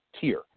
tier